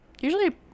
Usually